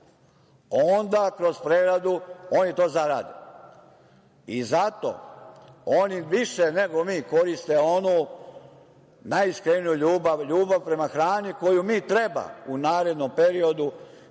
onda kroz preradu oni to zarade. Zato oni više nego mi koriste onu najiskreniju ljubav, ljubav prema hrani koji mi treba u narednom periodu